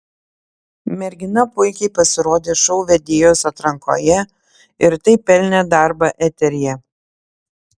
mergina puikiai pasirodė šou vedėjos atrankoje ir taip pelnė darbą eteryje